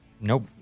Nope